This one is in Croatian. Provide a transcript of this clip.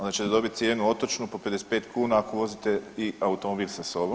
Onda ćete dobit cijenu otočnu po 55 kuna ako vozite i automobil sa sobom.